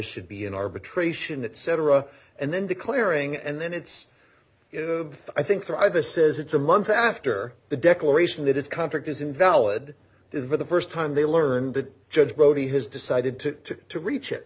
should be an arbitration etc and then declaring and then it's i think there either says it's a month after the declaration that its contract is invalid for the first time they learned that judge brody has decided to to reach it